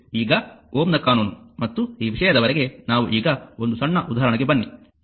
ಈಗ Ω ನ ಕಾನೂನು ಮತ್ತು ಈ ವಿಷಯದವರೆಗೆ ನಾವು ಈಗ ಒಂದು ಸಣ್ಣ ಉದಾಹರಣೆಗೆ ಬನ್ನಿ ಸರಿ